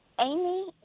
Amy